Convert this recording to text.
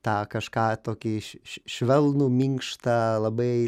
tą kažką tokį švelnų minkštą labai